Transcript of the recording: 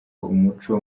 umuco